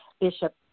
Bishop